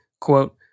quote